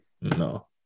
No